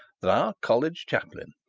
that our college chaplain.